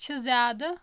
چھِ زیادٕ